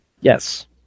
Yes